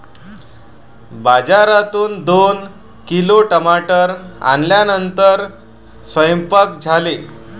बाजारातून दोन किलो टमाटर आणल्यानंतर सेवन्पाक झाले